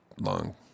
long